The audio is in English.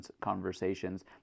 Conversations